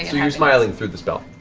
you're smiling through the spell.